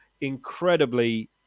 incredibly